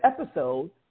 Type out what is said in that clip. episode